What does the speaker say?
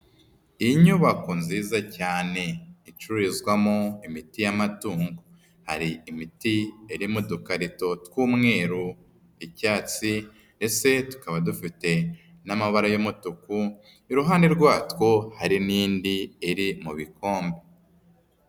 Inyubako nziza cyane icrizwamo imiti y'amatungo, hari imiti irimudukarito tw'umweru, icyatsi, mbese tukaba dufite n'amabara y'umutuku, iruhande rwatwo hari n'indi iri mu bikombe.